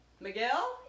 Miguel